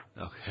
Okay